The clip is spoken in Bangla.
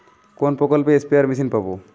কোন প্রকল্পে স্পেয়ার মেশিন পাব?